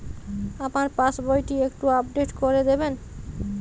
আমার পাসবই টি একটু আপডেট করে দেবেন?